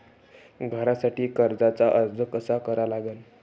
घरासाठी कर्जाचा अर्ज कसा करा लागन?